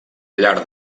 llarg